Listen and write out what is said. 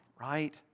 right